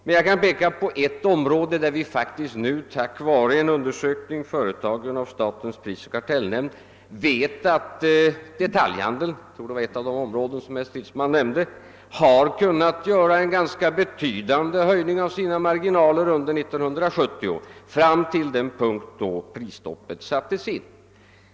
Men jag kan peka på att vi redan nu vet — tack vare en undersökning som gjorts av statens prisoch kartellnämnd — att detaljhandeln har kunnat företa en ganska betydande marginalhöjning under 1970 fram till den tidpunkt då prisstoppet sattes in.